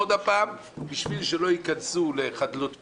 בשביל שלא ייכנסו לחדלות פירעון,